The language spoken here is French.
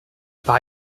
par